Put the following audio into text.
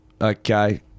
okay